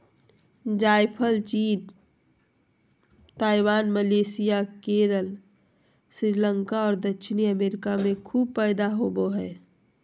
जायफल चीन, Taiwan, Malaysia, Kerala, Sri Lanka और दक्षिणी अमेरिका में खूब पैदा होबो हइ